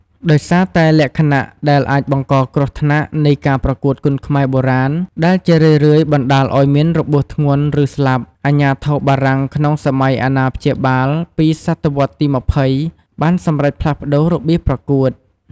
ដោយសារតែលក្ខណៈដែលអាចបង្កគ្រោះថ្នាក់នៃការប្រកួតគុនខ្មែរបុរាណ ដែលជារឿយៗបណ្តាលឱ្យមានរបួសធ្ងន់ ឬស្លាប់ អាជ្ញាធរបារាំងក្នុងសម័យអាណាព្យាបាល ពីសតវត្សទី២០ បានសម្រេចផ្លាស់ប្តូររបៀបប្រកួត។